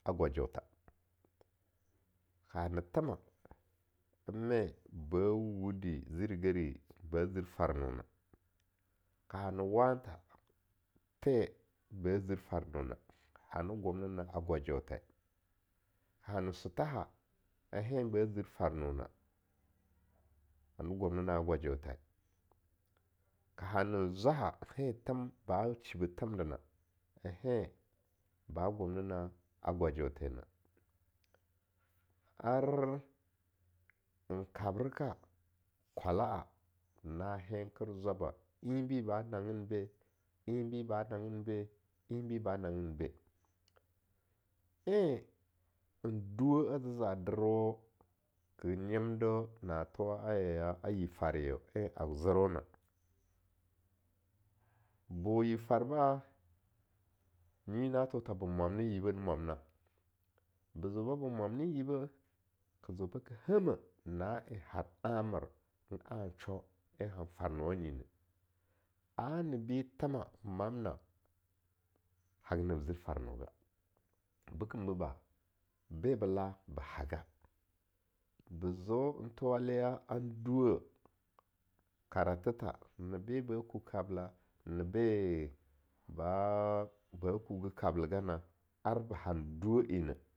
Ka ha ne thema me ba wudi zirigadi ba zir farnona, kaha na wantha the ba zir tarnona hani gumnina a gwajeo the ka hane suthaha en hen ba zir farnon ani gumnena a gwajeothe, ka hane zwaha en them ba shebeh themdena, en hen ba gumnina a gwajeothena, ar en kabreka kwala'a na henker zwaba enbiba nanggenbe, enbi ba nanggenbe, enbi ba ba nanggenbe, en duweh-eh a za za derwo ke nyindo na thowa a yirfarya a zerwona, ba yib farba, nyina tho tha ba mwani yibeh ne mwanna, be zeo babo mwamni yibeh, ke zeo baki hammeh na en har amer, en ana sho en han farnuwa nyineh, a-nibi themah en mamna haga nab zir farno ga be kimbo ba, be bela ba haga, ba zeo en thowale ya enduweh eh, karathe th, ne be ba ku kabla, ne be ba kugeh kablagana ar ba han duweh-eh neh.